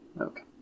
Okay